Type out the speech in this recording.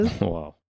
Wow